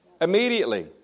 Immediately